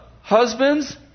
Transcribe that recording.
Husbands